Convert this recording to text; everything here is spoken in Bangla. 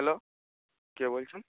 হ্যালো কে বলছেন